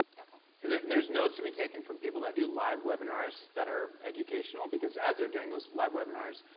okay, and so. and there's notes to be taken from people that do live webinars that are educational, because as they're doing those live webinars,